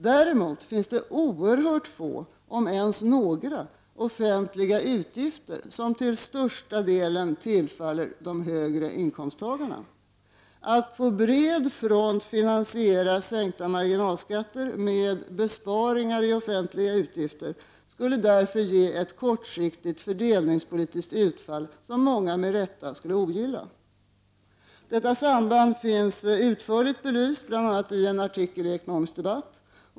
Däremot finns det oerhört få — om ens några offentliga utgifter som till största delen tillfaller höginkomsttagarna. Att på bred front finansiera sänkta marginalskatter med besparingar i offentliga utgifter skulle därför ge ett kortsiktigt fördelningspolitiskt utfall som många med rätta skulle ogilla. Detta samband finns utförligt belyst, bl.a. i en artikel i Ekonomisk Debatt.